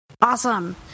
Awesome